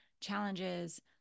challenges